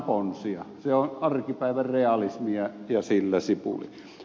se on arkipäivän realismia ja sillä sipuli